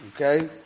Okay